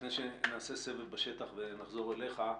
לפני שנעשה סבב בשטח ונחזור אליך,